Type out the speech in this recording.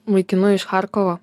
vaikinu iš charkovo